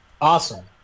Awesome